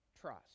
trust